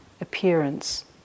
appearance